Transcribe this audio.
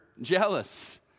jealous